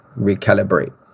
recalibrate